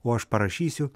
o aš parašysiu